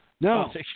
No